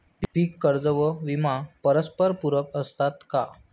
पीक कर्ज व विमा परस्परपूरक असतात का?